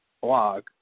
blog